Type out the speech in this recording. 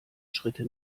schritte